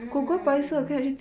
mm